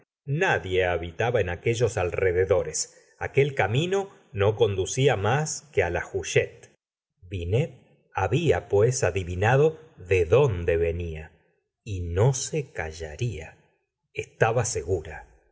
nadie habitaba en aquellos alrededores aquel camino no conducía más que la huchette binet había pues adivinado de donde venia y no se callaría estaba segura